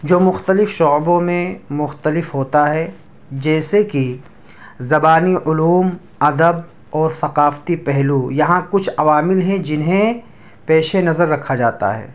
جو مختلف شعبوں میں مختلف ہوتا ہے جیسے کہ زبانی علوم ادب اور ثقافتی پہلو یہاں کچھ عوامل ہیں جنہیں پیش نظر رکھا جاتا ہے